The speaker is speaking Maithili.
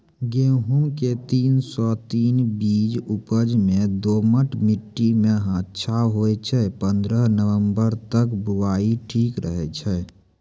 गेहूँम के तीन सौ तीन बीज उपज मे दोमट मिट्टी मे अच्छा होय छै, पन्द्रह नवंबर तक बुआई ठीक रहै छै